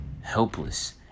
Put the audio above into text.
helpless